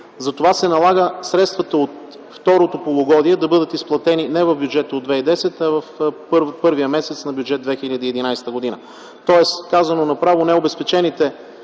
Затова се налага средствата от второто полугодие да бъдат изплатени нe в бюджета от 2010 г., а в първия месец на бюджет 2011 г. Тоест, казано направо - необезпечените